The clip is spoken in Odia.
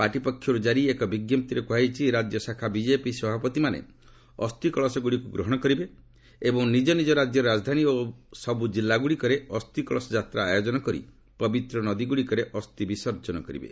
ପାର୍ଟି ପକ୍ଷରୁ ଜାରି ଏକ ବିଜ୍ଞପ୍ତିରେ କୁହାଯାଇଛି ରାଜ୍ୟ ଶାଖା ବିଜେପି ସଭାପତିମାନେ ଅସ୍ଥି କଳସଗୁଡ଼ିକୁ ଗ୍ହଣ କରିବେ ଏବଂ ନିଜ ନିଜ ରାଜ୍ୟର ରାଜଧାନୀ ଓ ସବୁ ଜିଲ୍ଲାଗୁଡ଼ିକରେ ଅସ୍ଥି କଳସ ଯାତ୍ରା ଆୟୋଜନ କରି ପବିତ୍ର ନଦୀଗୁଡ଼ିକରେ ଅସ୍ଥି ବିସର୍ଜନ କରିବେ